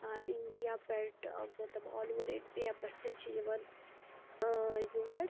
ٲں انڈیا پٮ۪ٹھ ٲں مطلب آل اوٚوَر انڈیا پٮ۪ٹھ تہِ چھِ یوان ٲں یور